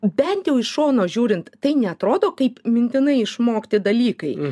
bent jau iš šono žiūrint tai neatrodo kaip mintinai išmokti dalykai